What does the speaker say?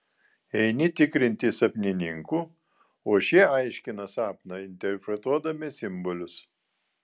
eini tikrinti sapnininkų o šie aiškina sapną interpretuodami simbolius